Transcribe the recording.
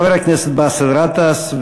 חבר הכנסת באסל גטאס.